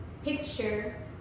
picture